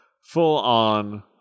full-on